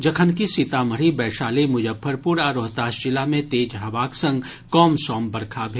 जखनकि सीतामढ़ी वैशाली मुजफ्फरपुर आ रोहतास जिला मे तेज हवाक संग कमसम बरखा भेल